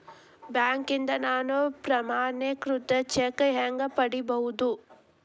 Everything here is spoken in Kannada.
ಬ್ಯಾಂಕ್ನಿಂದ ನಾನು ಪ್ರಮಾಣೇಕೃತ ಚೆಕ್ ಹ್ಯಾಂಗ್ ಪಡಿಬಹುದು?